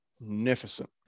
magnificent